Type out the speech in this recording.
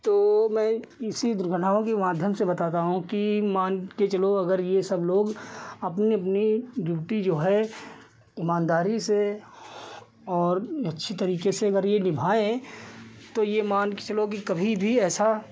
तो मैं इसी दुर्घटनाओं के माध्यम से बताता हूँ कि मानकर चलो अगर यह सब लोग अपनी अपनी ड्यूटी जो है ईमानदारी से और अच्छे तरीके से अगर यह निभाएँ तो यह मानकर चलो यह कभी भी ऐसा